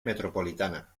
metropolitana